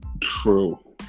True